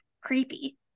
creepy